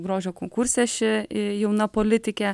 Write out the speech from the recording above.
grožio konkurse ši jauna politikė